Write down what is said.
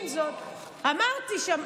רולקס,